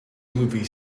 movie